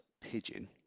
pigeon